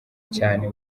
cyane